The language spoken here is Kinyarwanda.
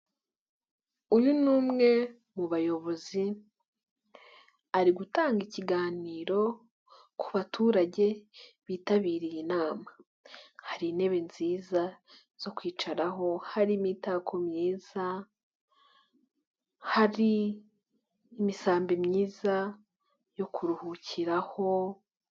Uyu ni umwe mu bayobozi ari gutanga ikiganiro ku baturage bitabiriye inama. Hari intebe nziza zo kwicaraho, hari imitako myiza, hari imisambi myiza yo kuruhukiraho,..